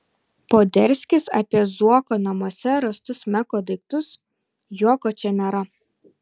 poderskis apie zuoko namuose rastus meko daiktus juoko čia nėra